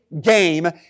game